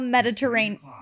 Mediterranean